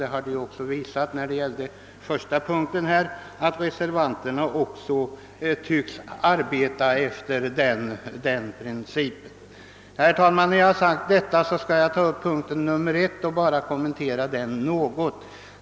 Det har ju för övrigt av de två inlägg som hittills gjorts framgått att reservanterna redan tycks följa denna princip. Så några kommentarer till reservationen 1!